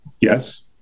Yes